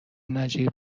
نجیب